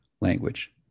language